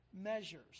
measures